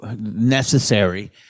necessary